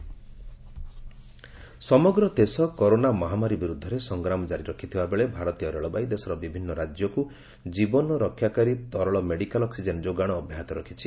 ରେଲଓ୍ େ oxygen ସମଗ୍ର ଦେଶ କରୋନା ମହାମାରୀ ବିରୁଦ୍ଧରେ ସଂଗ୍ରାମ ଜାରି ରଖିଥିବାବେଳେ ଭାରତୀୟ ରେଳବାଇ ଦେଶର ବିଭିନ୍ନ ରାଜ୍ୟକୁ ଜୀବନ ରକ୍ଷାକାରୀ ତରଳ ମେଡିକାଲ ଅକ୍ସିଜେନ୍ ଯୋଗାଣ ଅବ୍ୟାହତ ରଖିଛି